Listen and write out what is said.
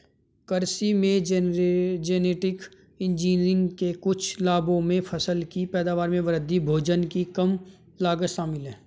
कृषि में genetic engineering के कुछ लाभों में फसल की पैदावार में वृद्धि, भोजन की कम लागत शामिल हैं